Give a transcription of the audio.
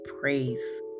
praise